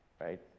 Right